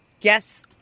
Yes